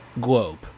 globe